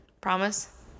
Promise